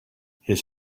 his